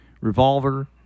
Revolver